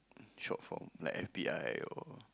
short form like F_B_I or